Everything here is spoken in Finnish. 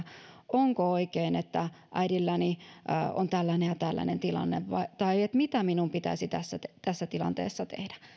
onko oikein että äidillä on tällainen ja tällainen tilanne tai mitä heidän pitäisi tässä tässä tilanteessa tehdä